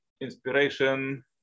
inspiration